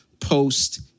post